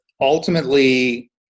ultimately